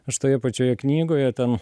aš toje pačioje knygoje ten